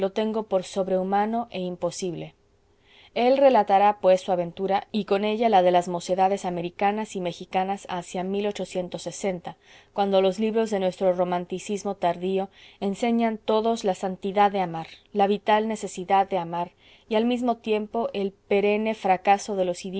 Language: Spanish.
tengo por sobrehumano e imposible el relatará pues su aventura y con ella la de las mocedades americanas y mejicanas hacia cuando los libros de nuestro romanticismo tardío enseñan todos la santidad de amar la vital necesidad de amar y al mismo tiempo el perenne fracaso de los